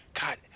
God